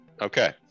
okay